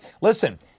listen